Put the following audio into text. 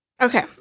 Okay